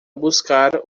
buscar